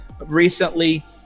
recently